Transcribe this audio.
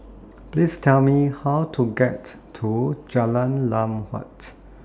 Please Tell Me How to get to Jalan Lam Huat